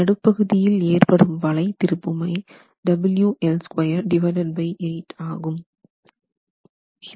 நடுப்பகுதியில் ஏற்படும் வளை திருப்புமை ஆகும்